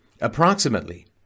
Approximately